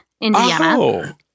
Indiana